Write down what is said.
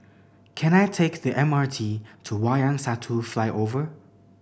can I take the M R T to Wayang Satu Flyover